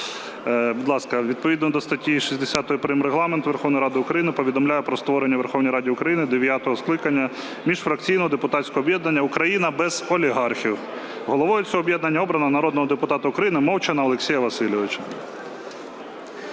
відповідно до статті 60 прим. Регламенту Верховної Ради України повідомляю про створення у Верховній Раді України дев'ятого скликання міжфракційного депутатського об'єднання "Україна без олігархів". Головою цього об'єднання обрано народного депутата України Мовчана Олексія Васильовича.